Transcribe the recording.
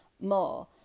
more